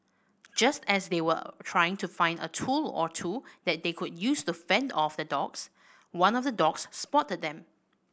just as they were trying to find a tool or two that they could use to fend off the dogs one of the dogs spotted them